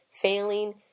failing